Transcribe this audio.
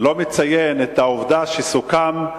לא מציין את העובדה שסוכם,